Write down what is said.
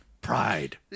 pride